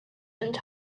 and